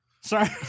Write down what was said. Sorry